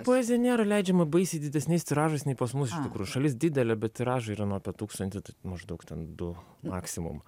poezija nėra leidžiama baisiai didesniais tiražais nei pas mus iš tikrųjų šalis didelė bet tiražai yra nu apie tūkstantį tai maždaug ten du maksimum